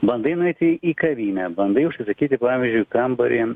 bandai nueiti į kavinę bandai užsisakyti pavyzdžiui kambarį